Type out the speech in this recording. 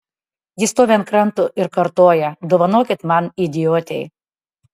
ji stovi ant kranto ir kartoja dovanokit man idiotei